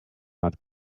not